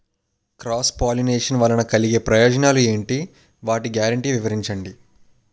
Cross pollination వలన కలిగే ప్రయోజనాలు ఎంటి? వాటి గ్యారంటీ వివరించండి?